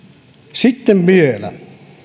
sitten vielä